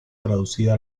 traducida